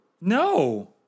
No